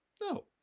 No